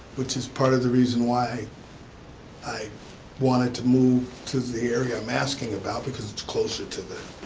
which is part of the reason why i wanted to move to the area i'm asking about because it's closer to the,